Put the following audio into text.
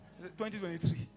2023